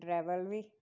driver बी